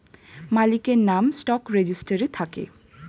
মালিকের নাম স্টক রেজিস্টারে থাকে